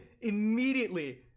immediately